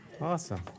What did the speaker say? Awesome